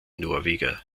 norweger